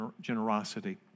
generosity